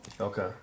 Okay